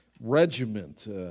regiment